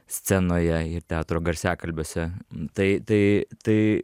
scenoje ir teatro garsiakalbiuose tai tai tai